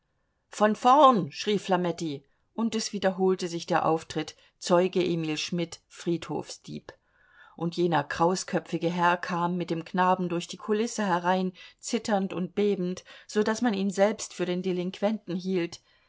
von vorn schrie flametti und es wiederholte sich der auftritt zeuge emil schmidt friedhofsdieb und jener krausköpfige herr kam mit dem knaben durch die kulisse herein zitternd und bebend so daß man ihn selbst für den delinquenten hielt